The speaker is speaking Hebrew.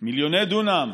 מיליוני דונם,